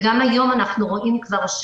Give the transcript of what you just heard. גם היום אנחנו רואים כבר,